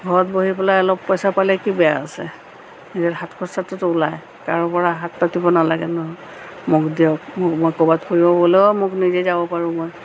ঘৰত বহি পেলাই অলপ পইচা পালে কি বেয়া আছে নিজৰ হাত খৰচাটোতো ওলায় কাৰো পৰা হাত পাতিব নালাগে মোক দিয়ক মোক মই ক'ৰবাত ফুৰিব গ'লেও মোক নিজে যাব পাৰোঁ মই